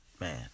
Man